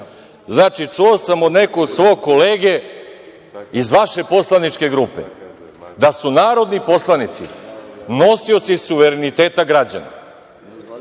Znači, čuo sam od nekog svog kolege iz vaše poslaničke grupe da su narodni poslanici nosioci suvereniteta građana.